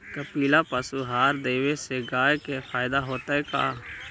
कपिला पशु आहार देवे से गाय के फायदा होतै का?